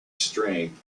strength